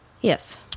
Yes